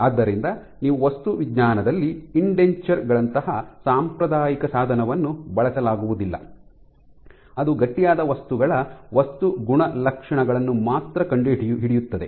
ಆದ್ದರಿಂದ ನೀವು ವಸ್ತು ವಿಜ್ಞಾನದಲ್ಲಿ ಇಂಡೆಂಚರ್ ಗಳಂತಹ ಸಾಂಪ್ರದಾಯಿಕ ಸಾಧನವನ್ನು ಬಳಸಲಾಗುವುದಿಲ್ಲ ಅದು ಗಟ್ಟಿಯಾದ ವಸ್ತುಗಳ ವಸ್ತು ಗುಣಲಕ್ಷಣಗಳನ್ನು ಮಾತ್ರ ಕಂಡುಹಿಡಿಯುತ್ತದೆ